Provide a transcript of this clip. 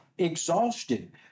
exhausted